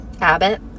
abbott